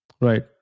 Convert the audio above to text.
right